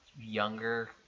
younger